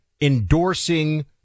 endorsing